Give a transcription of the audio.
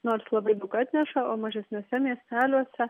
nors labai daug atneša o mažesniuose miesteliuose